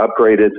upgraded